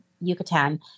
Yucatan